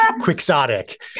quixotic